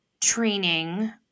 training